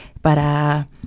para